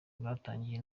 ryatangiye